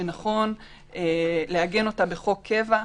שנכון לעגן אותה בחוק קבע.